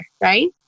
Right